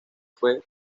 fue